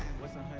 wasn't